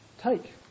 take